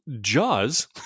Jaws